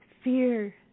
Fear